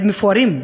מפוארים,